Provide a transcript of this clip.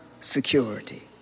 security